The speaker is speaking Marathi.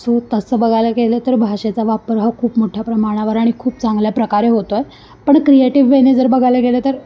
सो तसं बघायला गेलं तर भाषेचा वापर हा खूप मोठ्या प्रमाणावर आणि खूप चांगल्या प्रकारे होतो आहे पण क्रिएटिव वेने जर बघायला गेलं तर